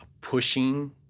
pushing